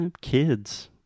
kids